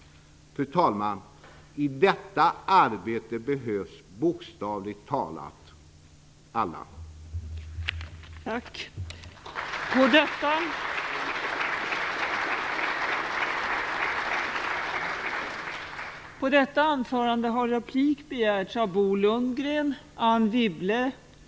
Fru talman! I detta arbete behövs bokstavligt talat alla.